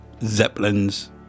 Zeppelins